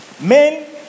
men